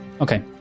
Okay